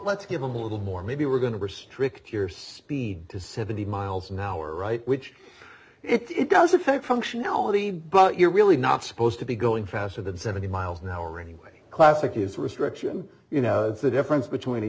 let's give a little more maybe we're going to are strict your speed to seventy miles an hour right which it does affect functionality but you're really not supposed to be going faster than seventy miles an hour anyway classic is a restriction you know the difference between